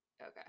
Okay